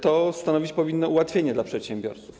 To stanowić powinno ułatwienie dla przedsiębiorców.